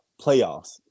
playoffs